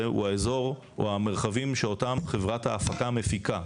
הוא האזור או המרחבים שאותם חברת ההפקה המפיקה,